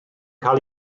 cael